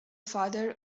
father